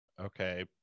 okay